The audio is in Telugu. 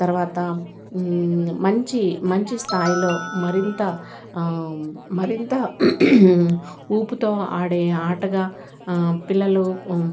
తరువాత మంచి మంచి స్థాయిలో మరింత మరింత ఊపుతో ఆడే ఆటగా పిల్లలు